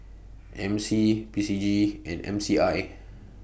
M C P C G and M C I